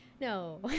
No